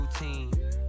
routine